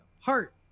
heart